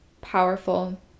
powerful